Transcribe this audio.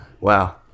Wow